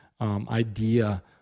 idea